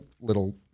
little